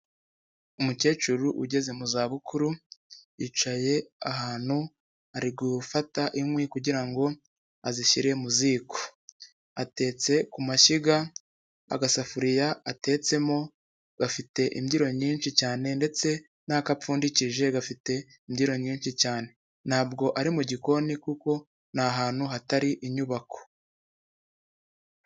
Umukecuru ugeze mu za bukuru, yicaye ahantu ari gufata inkwi kugira ngo azishyire mu ziko. Atetse ku mashyiga, agasafuriya atetsemo gafite imbyiro nyinshi cyane ndetse n'ako apfundikije gafite imbyiro nyinshi cyane. Ntabwo ari mu gikoni kuko ni ahantu hatari inyubako.